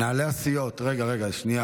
ההתנהלות, מנהלי הסיעות, רגע, רגע, שנייה.